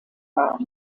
war